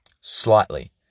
slightly